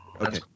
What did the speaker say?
okay